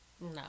No